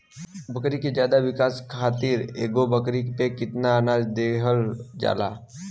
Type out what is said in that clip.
बकरी के ज्यादा विकास खातिर एगो बकरी पे कितना अनाज देहल जाला?